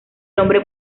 hombre